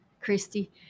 Christy